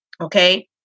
okay